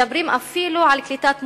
מדברים אפילו על קליטת מורים,